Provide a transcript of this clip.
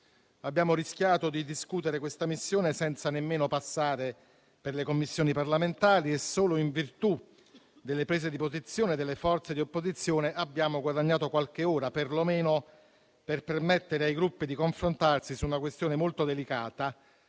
Abbiamo rischiato di discutere questa missione senza nemmeno passare per le Commissioni parlamentari. Solo in virtù delle prese di posizione delle forze di opposizione abbiamo guadagnato qualche ora, perlomeno per permettere ai Gruppi di confrontarsi su una questione molto delicata